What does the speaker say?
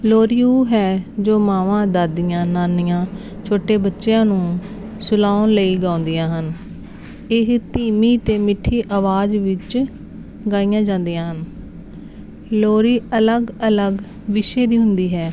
ਲੋਰੀ ਉਹ ਹੈ ਜੋ ਮਾਵਾਂ ਦਾਦੀਆਂ ਨਾਨੀਆਂ ਛੋਟੇ ਬੱਚਿਆਂ ਨੂੰ ਸਲਾਉਣ ਲਈ ਗਾਉਂਦੀਆਂ ਹਨ ਇਹ ਧੀਮੀ ਅਤੇ ਮਿੱਠੀ ਆਵਾਜ਼ ਵਿੱਚ ਗਾਈਆਂ ਜਾਂਦੀਆਂ ਹਨ ਲੋਰੀ ਅਲੱਗ ਅਲੱਗ ਵਿਸ਼ੇ ਦੀ ਹੁੰਦੀ ਹੈ